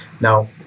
Now